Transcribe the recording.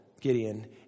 Gideon